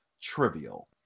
trivial